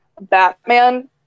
Batman